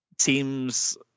teams